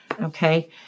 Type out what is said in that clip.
Okay